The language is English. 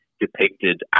depicted